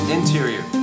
Interior